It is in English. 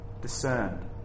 discerned